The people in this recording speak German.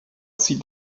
sieht